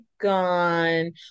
gone